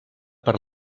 per